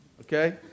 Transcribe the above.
Okay